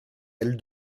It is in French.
elle